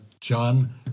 John